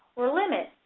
or limit,